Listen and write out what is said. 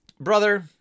Brother